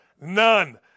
none